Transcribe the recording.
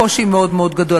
יש גם כאן קושי מאוד מאוד גדול.